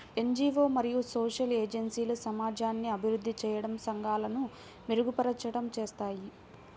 NGO మరియు social ఏజెన్సీలు సమాజాన్ని అభివృద్ధి చేయడం, సంఘాలను మెరుగుపరచడం చేస్తాయి